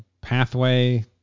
pathway